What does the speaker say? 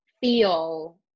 feel